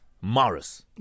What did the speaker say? Morris